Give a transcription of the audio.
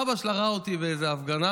אבא שלה ראה אותי באיזו הפגנה